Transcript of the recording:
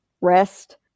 rest